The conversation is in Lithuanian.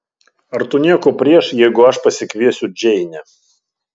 ar tu nieko prieš jeigu aš pasikviesiu džeinę